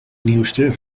nieuwste